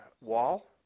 Wall